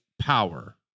power